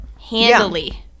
handily